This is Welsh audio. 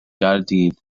gaerdydd